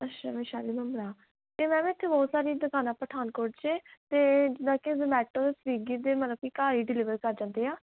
ਅੱਛਾ ਵੈਸ਼ਾਲੀ ਮੈਮ ਅਤੇ ਮੈਮ ਤੇ ਬਹੁਤ ਸਾਰੀ ਦੁਕਾਨਾਂ ਪਠਾਨਕੋਟ 'ਚ ਅਤੇ ਜਿੱਦਾਂ ਕਿ ਜਮੈਟੋ ਸਵੀਗੀ ਦੇ ਮਤਲਬ ਕਿ ਘਰ ਹੀ ਡਿਲੀਵਰ ਕਰ ਜਾਂਦੇ ਆ